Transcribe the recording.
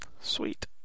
Sweet